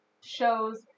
shows